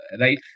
right